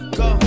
go